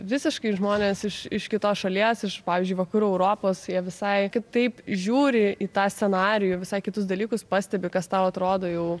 visiškai žmonės iš iš kitos šalies iš pavyzdžiui vakarų europos jie visai kitaip žiūri į tą scenarijų visai kitus dalykus pastebi kas tau atrodo jau